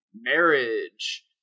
marriage